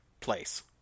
place